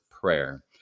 prayer